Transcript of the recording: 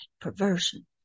perversion